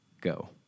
go